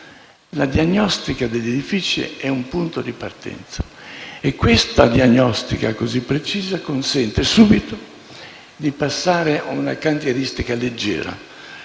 La diagnostica degli edifici è un punto di partenza, perché questa diagnostica così precisa consente subito di passare ad una cantieristica leggera.